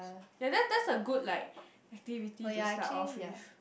ya that's that's a good like activity to start off with